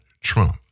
Trump